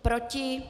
Proti?